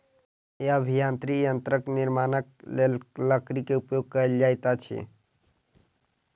अभियांत्रिकी यंत्रक निर्माणक लेल लकड़ी के उपयोग कयल जाइत अछि